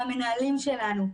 המנהלים שלנו,